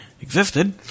existed